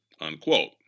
unquote